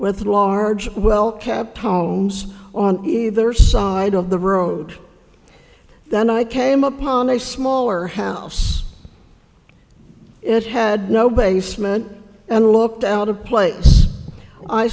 with a large well kept homes on either side of the road then i came upon a smaller house it had no basement and looked out of place i